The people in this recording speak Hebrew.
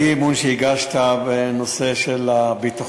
אני משיב על האי-אמון שהגשת בנושא של הביטחון.